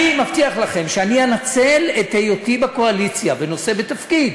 אני מבטיח לכם שאנצל את היותי בקואליציה ונושא בתפקיד